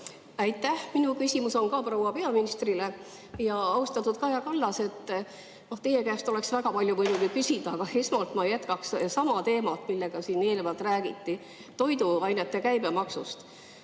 Aitäh! Minu küsimus on ka proua peaministrile. Austatud Kaja Kallas! Teie käest oleks väga palju veel küsida, aga esmalt ma jätkan sama teemat, millest siin eelnevalt räägiti: toiduainete käibemaks.